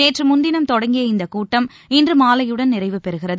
நேற்று முன்தினம் தொடங்கிய இந்தக் கூட்டம் இன்று மாலையுடன் நிறைவு பெறுகிறது